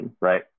right